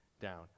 down